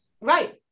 Right